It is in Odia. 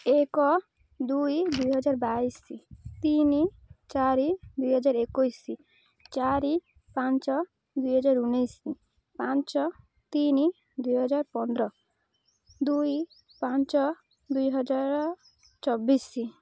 ଏକ ଦୁଇ ଦୁଇହଜାର ବାଇଶ ତିନି ଚାରି ଦୁଇହଜାର ଏକୋଇଶ ଚାରି ପାଞ୍ଚ ଦୁଇହଜାର ଉଣେଇଶ ପାଞ୍ଚ ତିନି ଦୁଇହଜାର ପନ୍ଦର ଦୁଇ ପାଞ୍ଚ ଦୁଇହଜାର ଚବିଶ